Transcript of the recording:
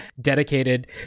dedicated